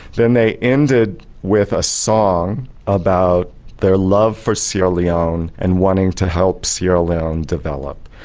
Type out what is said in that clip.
then they ended with a song about their love for sierra leone and wanting to help sierra leone develop.